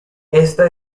esta